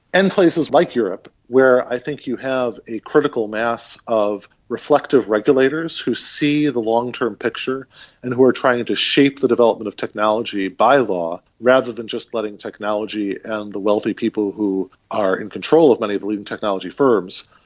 and places like europe where i think you have a critical mass of reflective regulators who see the long-term picture and who are trying to shape the development of technology by law rather than just letting technology and the wealthy people who are in control of many of the leading technology firms,